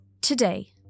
Today